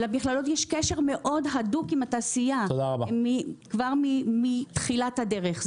למכללות יש קשר הדוק עם התעשייה כבר מתחילת הדרך.